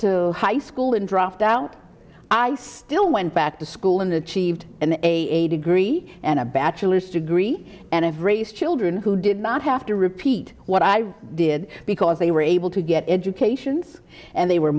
to high school and dropped out i still went back to school in the cheve and a degree and a bachelor's degree and i've raised children who did not have to repeat what i did because they were able to get educations and they were